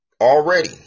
already